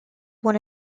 one